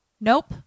Nope